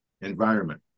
environment